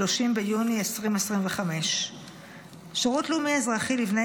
30 ביוני 2025. שירות לאומי-אזרחי לבני